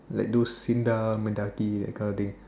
like those SINDA Mendaki that kind of thing